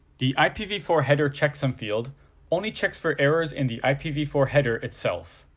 the i p v four header checksum field only checks for errors in the i p v four header itself.